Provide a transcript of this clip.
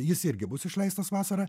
jis irgi bus išleistas vasarą